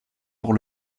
pour